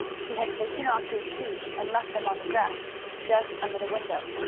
he had taken off his shoes and left them on the grass just under the window.